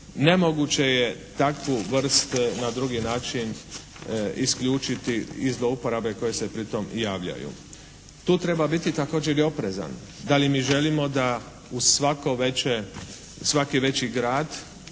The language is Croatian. nemoguće je takvu vrst na drugi način isključiti iz zlouporabe koje se pritom javljaju. Tu treba biti također i oprezan. Da li mi želimo da uz svako veće, svaki